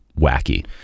wacky